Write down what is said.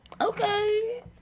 Okay